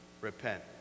repent